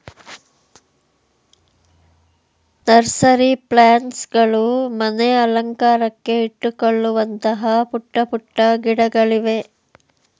nursery plants ಗಳು ಮನೆ ಅಲಂಕಾರಕ್ಕೆ ಇಟ್ಟುಕೊಳ್ಳುವಂತಹ ಪುಟ್ಟ ಪುಟ್ಟ ಗಿಡಗಳಿವೆ